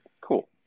Cool